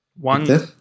One